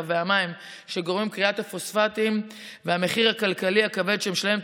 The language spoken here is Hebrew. והמים שגורמת כריית הפוספטים והמחיר הכלכלי הכבד שמשלמת